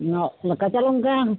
না আর কাঁচা লঙ্কা